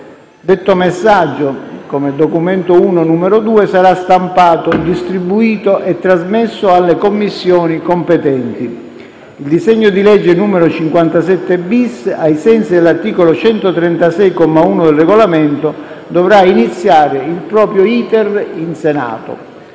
Detto messaggio (*Doc*. I, n. 2) sarà stampato, distribuito e trasmesso alle Commissioni competenti. Il disegno di legge n. 57-*bis*, ai sensi dell'articolo 136, comma 1, del Regolamento, dovrà iniziare il proprio *iter* in Senato.